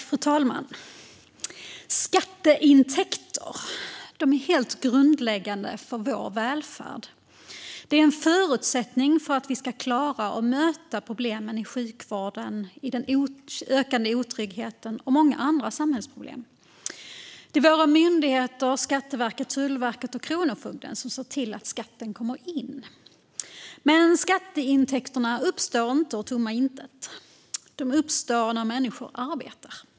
Fru talman! Skatteintäkter är helt grundläggande för vår välfärd. De är en förutsättning för att klara av att möta problemen i sjukvården, den ökande otryggheten och många andra samhällsproblem. Det är våra myndigheter Skatteverket, Tullverket och Kronofogden som ser till att skatten kommer in. Skatteintäkter uppstår inte ur tomma intet. De uppstår när människor arbetar.